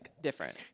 different